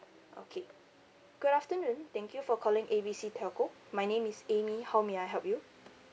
okay good afternoon thank you for calling A B C telco my name is amy how may I help you